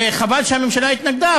וחבל שהממשלה התנגדה,